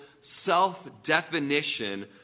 self-definition